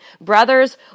Brothers